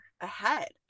ahead